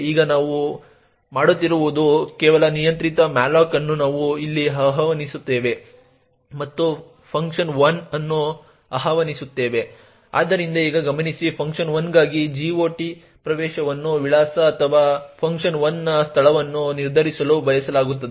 ಈಗ ನಾವು ಮಾಡುತ್ತಿರುವುದು ಕೆಲವು ಅನಿಯಂತ್ರಿತ malloc ಅನ್ನು ನಾವು ಇಲ್ಲಿ ಆಹ್ವಾನಿಸುತ್ತೇವೆ ಮತ್ತು fun1 ಅನ್ನು ಆಹ್ವಾನಿಸುತ್ತೇವೆ ಆದ್ದರಿಂದ ಈಗ ಗಮನಿಸಿ fun1 ಗಾಗಿ GOT ಪ್ರವೇಶವನ್ನು ವಿಳಾಸ ಅಥವಾ fun1 ನ ಸ್ಥಳವನ್ನು ನಿರ್ಧರಿಸಲು ಬಳಸಲಾಗುತ್ತದೆ